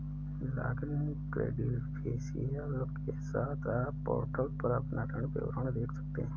login credential के साथ, आप पोर्टल पर अपना ऋण विवरण देख सकते हैं